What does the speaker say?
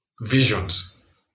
visions